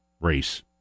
race